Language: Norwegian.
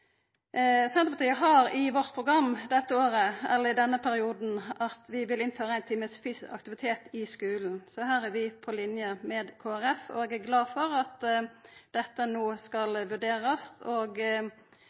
Senterpartiet har i sitt program i denne perioden at vi vil innføra ein time fysisk aktivitet i skulen kvar dag. Her er vi på linje med Kristeleg Folkeparti. Eg er glad for at dette no